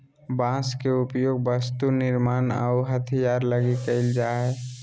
बांस के उपयोग वस्तु निर्मान आऊ हथियार लगी कईल जा हइ